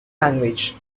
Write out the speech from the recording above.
language